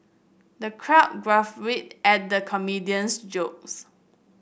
the crowd guffawed at the comedian's jokes